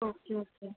okay okay